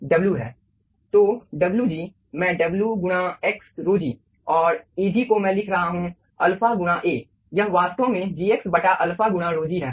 तो Wg मैं w गुणा x ρg और Ag को मैं लिख रहा हूं अल्फा गुणा A यह वास्तव में Gx बटा अल्फा गुणा rhog है